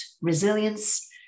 resilience